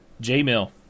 J-Mill